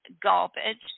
garbage